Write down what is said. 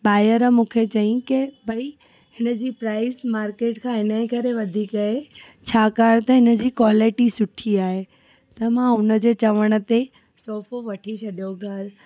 ॿाहिरि मूंखे चईं के भई हिन जी प्राइस मार्किट खां हिन जे करे वधीक आहे छाकाणि त हिन जी क्वालिटी सुठी आहे त मां हुन जे चवण ते सोफो वठी छॾियो घरु